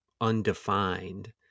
undefined